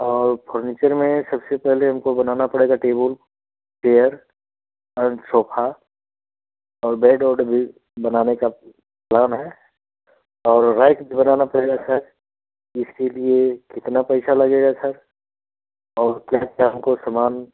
और फर्नीचर में सबसे पहले हमको सबसे पहले बनाना पड़ेगा टेबुल चेयर और सोफ़ा और बेड उड भी बनाने का प्लान है और रैख बनाना पड़ेगा इसकी लिए कितना पैसा लगेगा सर और कहाँ से हमको सामान